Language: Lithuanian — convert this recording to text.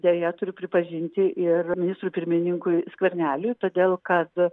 deja turiu pripažinti ir ministrui pirmininkui skverneliui todėl kad